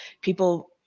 people